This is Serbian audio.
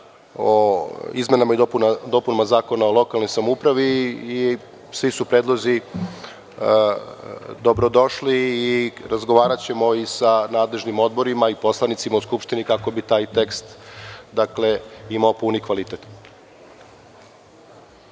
o izmenama i dopunama Zakona o lokalnoj samoupravi i svi su predlozi dobro došli i razgovaraćemo i sa nadležnim odborima i poslanicima u Skupštini, kako bi taj tekst imao puni kvalitet.